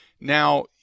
Now